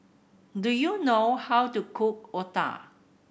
do you know how to cook otah